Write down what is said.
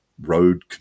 road